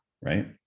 right